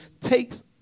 takes